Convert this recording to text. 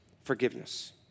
forgiveness